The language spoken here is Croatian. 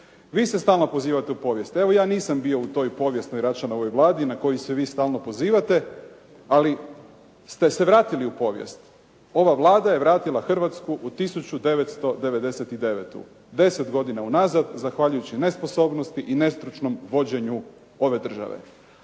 Vi se stalno pozivate u povijest. Evo ja nisam bio u toj povijesnoj Račanovoj Vladi na koju se vi stalno pozivate, ali ste se vratili u povijest. Ova Vlada je vratila Hrvatsku u 1999., 10 godina unazad zahvaljujući nesposobnosti i nestručnom vođenju ove države.